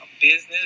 business